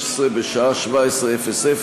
2016 בשעה 17:00,